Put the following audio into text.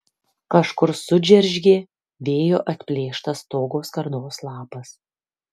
kažkur sudžeržgė vėjo atplėštas stogo skardos lapas